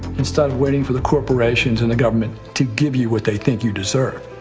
instead of waiting for the corporations and the government to give you what they think you deserve.